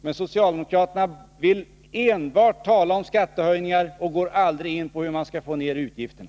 Men socialdemokraterna vill enbart tala om skattehöjningar och går aldrig in på hur man skall få ner utgifterna.